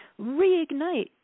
reignite